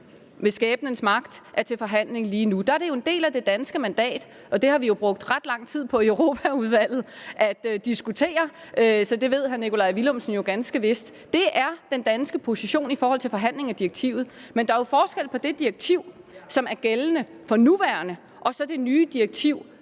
er til forhandling lige nu. Der er det en del af det danske mandat, og det har vi jo brugt ret lang tid i Europaudvalget på at diskutere, så det ved hr. Nikolaj Villumsen jo ganske vist. Det er den danske position i forhold til forhandling af direktivet. Men der er jo forskel på det direktiv, som er gældende for nuværende, og så det nye direktiv,